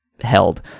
held